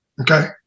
Okay